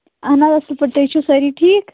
اَہَن حظ اَصٕل پٲٹھۍ تُہۍ چھِو سٲری ٹھیٖک